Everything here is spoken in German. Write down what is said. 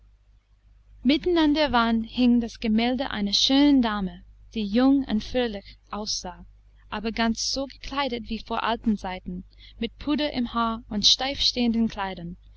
an der wand hing das gemälde einer schönen dame die jung und fröhlich aussah aber ganz so gekleidet wie vor alten zeiten mit puder im haar und steif stehenden kleidern